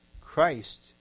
Christ